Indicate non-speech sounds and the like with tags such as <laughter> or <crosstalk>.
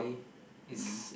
<breath> mm